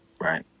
Right